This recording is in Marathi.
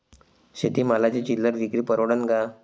शेती मालाची चिल्लर विक्री परवडन का?